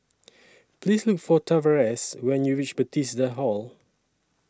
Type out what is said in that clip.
Please Look For Tavares when YOU REACH Bethesda Hall